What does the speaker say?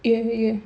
A_V_A